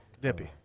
Dippy